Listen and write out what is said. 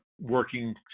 working